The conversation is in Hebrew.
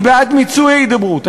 אני בעד מיצוי ההידברות,